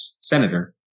senator